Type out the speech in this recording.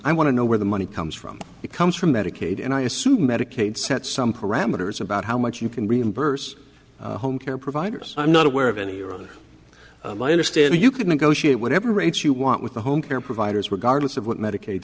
i want to know where the money comes from it comes from medicaid and i assume medicaid set some parameters about how much you can reimburse home care providers i'm not aware of any i understand you could negotiate whatever rates you want with the home care providers regardless of what medica